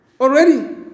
Already